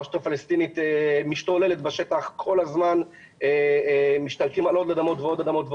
הרשות הפלסטינית משתוללת בשטח כל הזמן ומשתלטים על עוד ועוד אדמות.